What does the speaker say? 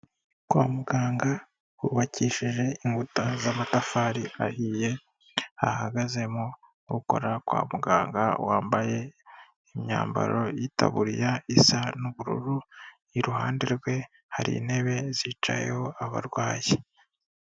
Kwa muganga hubakishije inkuta z'amatafari ahiye, hahagazemo ukora kwa muganga wambaye imyambaro y'itaburiya isa n'ubururu, iruhande rwe hari intebe zicayeho abarwayi.